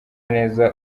neza